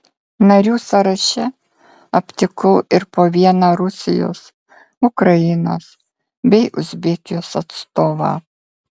narių sąraše aptikau ir po vieną rusijos ukrainos bei uzbekijos atstovą